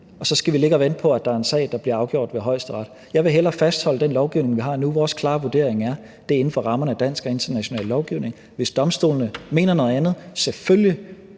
og vi skal ligge og vente på, at der er en sag, der bliver afgjort ved Højesteret. Jeg vil hellere fastholde den lovgivning, som vi har nu, og vores klare vurdering er, at det er inden for rammerne af dansk og international lovgivning. Hvis domstolene mener noget andet, må vi selvfølgelig